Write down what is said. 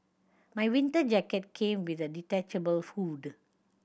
my winter jacket came with a detachable hood